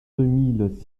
mille